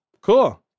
Cool